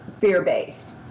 Fear-based